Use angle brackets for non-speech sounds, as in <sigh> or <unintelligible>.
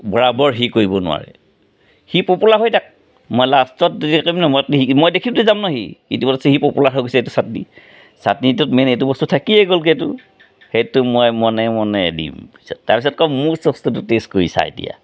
বৰাবৰ সি কৰিব নোৱাৰে সি পপুলাৰ হৈ থাক মই লাষ্টত দেখিম ন মই <unintelligible> শিকিম মই দেখিম যে যাম ন সি ইউটিউবত আছে সি পপুলাৰ হৈ গৈছে এইটো চাটনি দি চাটনিটোত মেইন এইটো বস্তু থাকিয়ে গ'লগেতো সেইটো মই মনে মনে দিম পিছত তাৰপিছত কম মোৰ বস্তুটো টেষ্ট কৰি চা এতিয়া